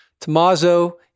Tommaso